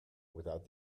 without